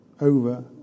over